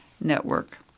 network